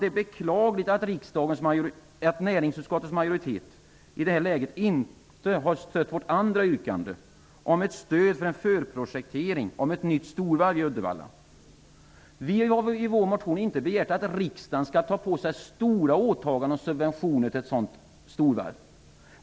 Det är beklagligt att näringsutskottets majoritet i detta läge inte har stött vårt andra yrkande om ett stöd till en förprojektering av ett nytt storvarv i Uddevalla. Vi har i vår motion inte begärt att riksdagen skall ta på sig stora åtaganden och subventioner när det gäller ett sådant storvarv.